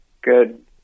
Good